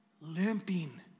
Limping